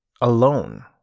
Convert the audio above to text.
alone